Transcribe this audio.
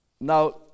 Now